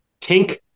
Tink